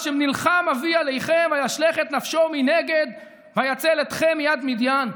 אשר נלחם אבי עליכם וישלך את נפשו מנגד ויצל אתכם מיד מדין.